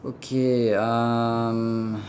okay um